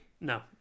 No